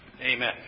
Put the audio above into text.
amen